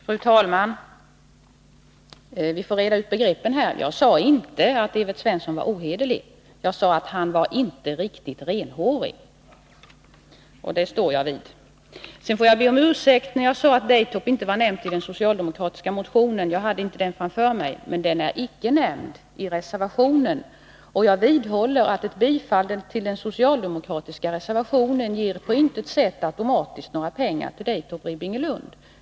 Fru talman! Vi får reda ut begreppen här. Jag sade inte att Evert Svensson var ohederlig. Jag sade att han inte var riktigt renhårig, och det står jag för. Jag ber om ursäkt för att jag sade att Daytop inte nämns i den socialdemokratiska motionen — jag hade den inte framför mig. Men Daytop nämns icke i reservationen. Jag vidhåller att ett bifall till den socialdemokratiska reservationen på intet sätt automatiskt ger några pengar till Daytop Ribbingelund.